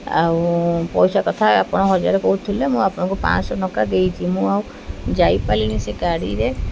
ଆଉ ପଇସା କଥା ଆପଣ ହଜାରେ କହୁଥିଲେ ମୁଁ ଆପଣଙ୍କୁ ପାଞ୍ଚ ଶହ ଟଙ୍କା ଦେଇଛି ମୁଁ ଆଉ ଯାଇପାରିଲିନି ସେ ଗାଡ଼ିରେ